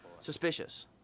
suspicious